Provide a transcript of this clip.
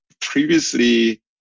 previously